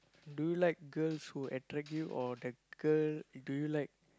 do you like girls who attract you or the girl do you like